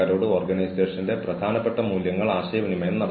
കൂടാതെ ചില സമയങ്ങളിൽ ജീവനക്കാർക്ക് ചില ഫ്ലെക്സിബിലിറ്റി നൽകാം